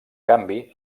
canvi